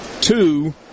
Two